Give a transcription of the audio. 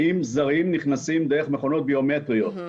האם זרים נכנסים דרך מכונות ביומטריות.